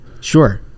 Sure